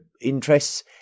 interests